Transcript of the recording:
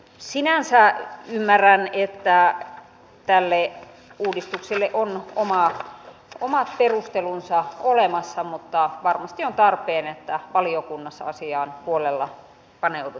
sinänsä ymmärrän että tälle uudistukselle on omat perustelunsa olemassa mutta varmasti on tarpeen että valiokunnassa asiaan huolella paneudutaan